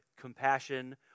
compassion